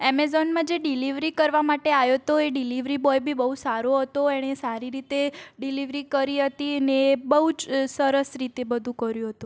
એમેઝોનમાં જે ડિલીવરી કરવા માટે આવ્યો હતો ઈ ડિલીવરી બોય બી બહુ સારો હતો એણે સારી રીતે ડિલીવરી કરી હતી ને બહુ જ સરસ રીતે બધું કર્યું હતું